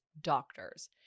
doctors